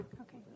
Okay